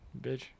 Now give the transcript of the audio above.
bitch